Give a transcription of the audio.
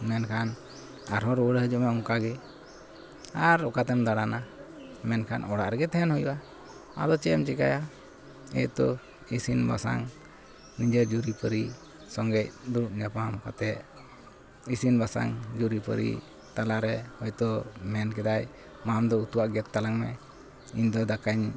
ᱢᱮᱱᱠᱷᱟᱱ ᱟᱨᱦᱚᱸ ᱨᱩᱣᱟᱹᱲ ᱦᱤᱡᱩᱜ ᱢᱟ ᱚᱱᱠᱟᱜᱮ ᱟᱨ ᱚᱠᱟᱛᱮᱢ ᱫᱟᱬᱟᱱᱟ ᱢᱮᱱᱠᱷᱟ ᱚᱲᱟᱜ ᱨᱮᱜᱮ ᱛᱟᱦᱮᱱ ᱦᱩᱭᱩᱜᱼᱟ ᱟᱫᱚ ᱪᱮᱫᱮᱢ ᱪᱤᱠᱟᱹᱭᱟ ᱦᱮᱸᱜᱼᱮ ᱛᱚ ᱤᱥᱤᱱᱼᱵᱟᱥᱟᱝ ᱱᱤᱡᱮᱨ ᱡᱩᱨᱤᱯᱟᱹᱨᱤ ᱥᱚᱸᱜᱮᱡ ᱫᱩᱲᱩᱵ ᱧᱟᱯᱟᱢ ᱠᱟᱛᱮᱫ ᱤᱥᱤᱱᱼᱵᱟᱥᱟᱝ ᱡᱩᱨᱤᱯᱟᱹᱨᱤ ᱛᱟᱞᱟᱨᱮ ᱦᱚᱭᱛᱚ ᱢᱮᱱ ᱠᱮᱫᱟᱭ ᱢᱟ ᱟᱢᱫᱚ ᱩᱛᱩᱣᱟᱜ ᱜᱮᱫ ᱛᱟᱞᱟᱝ ᱢᱮ ᱤᱧᱫᱚ ᱫᱟᱠᱟᱧ